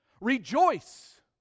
Rejoice